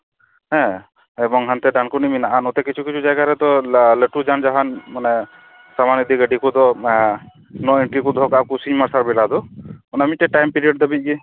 ᱦᱮ ᱦᱟᱱᱛᱮ ᱰᱟᱱᱠᱩᱱᱤ ᱢᱮᱱᱟᱜᱼᱟ ᱠᱤᱪᱷᱩ ᱱᱚᱛᱮ ᱠᱤᱪᱷᱩ ᱡᱟᱭᱜᱟ ᱨᱮᱫᱚ ᱞᱟ ᱴᱩ ᱡᱟᱱᱵᱟᱦᱚᱱ ᱢᱟᱱᱮ ᱥᱟᱢᱟᱱ ᱜᱟᱹᱰᱤ ᱠᱚᱫᱚ ᱛᱤᱸᱜᱩ ᱫᱚᱦᱚ ᱠᱟᱜᱼᱟ ᱠᱚ ᱥᱤᱧ ᱢᱟᱨᱥᱟᱞ ᱵᱮᱞᱟ ᱫᱚ ᱢᱤᱫᱴᱮᱱ ᱴᱟᱭᱤᱢ ᱯᱤᱨᱤᱭᱚᱰ ᱫᱷᱟᱹᱵᱤᱡ ᱜᱮ